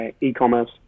e-commerce